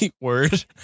word